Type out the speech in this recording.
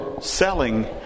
selling